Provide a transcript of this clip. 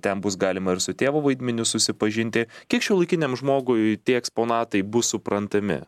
ten bus galima ir su tėvo vaidmeniu susipažinti kiek šiuolaikiniam žmogui tie eksponatai bus suprantami